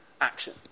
action